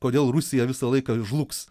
kodėl rusija visą laiką žlugs